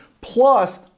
plus